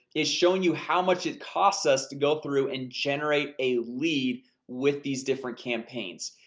it's showing you how much it costs us to go through and generate a lead with these different campaigns.